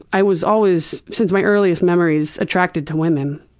i was always, since my earliest memories attracted to women.